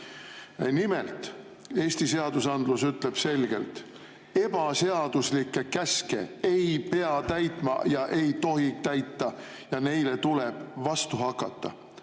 Nimelt, Eesti seadusandlus ütleb selgelt: ebaseaduslikke käske ei pea täitma, neid ei tohi täita ja neile tuleb vastu hakata.